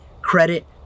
credit